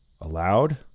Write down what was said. Allowed